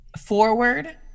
forward